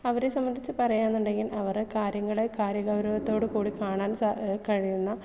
അവരെ സംബന്ധിച്ച് പറയുക എന്നുണ്ടെങ്കിൽ അവരുടെ കാര്യങ്ങൾ കാര്യഗൗരവത്തോടു കൂടി കാണാൻ സാ കഴിയുന്ന